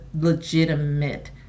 legitimate